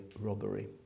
robbery